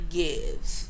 gives